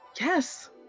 Yes